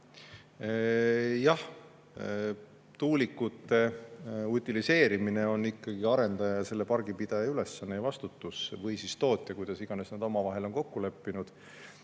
Tuulikute utiliseerimine on ikkagi arendaja ja selle pargipidaja ülesanne ja vastutus või siis tootja vastutus, kuidas iganes nad omavahel on kokku leppinud.